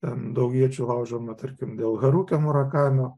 ten daug iečių laužoma tarkim dėl harukio murakamio